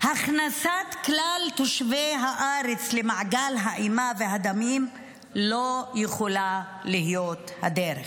הכנסת כלל תושבי הארץ למעגל האימה והדמים לא יכולה להיות הדרך.